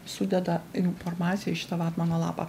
sudeda informaciją į šitą vatmano lapą